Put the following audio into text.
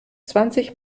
zwanzig